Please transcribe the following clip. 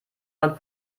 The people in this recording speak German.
man